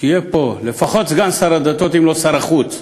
יהיה פה לפחות סגן שר הדתות, אם לא שר החוץ.